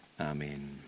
Amen